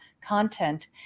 content